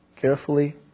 carefully